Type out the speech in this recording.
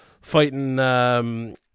fighting